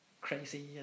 crazy